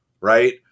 Right